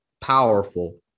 powerful